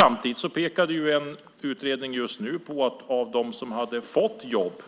Samtidigt pekar en utredning just nu på att av dem som har fått jobb